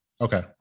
Okay